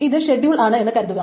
ഇത് ഷെട്യൂൾ ആണ് എന്ന് കരുതുക